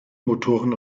motoren